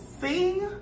sing